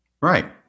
Right